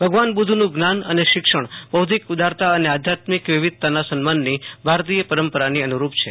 ભગવાન બુધ્ધનું જ્ઞાન અને શિક્ષણ બોધ્ધિક ઉદારતા અન આધ્યાત્મીક વિવિધતાના સન્માનની ભારતીય પરંપરાની અનુરૂપ છે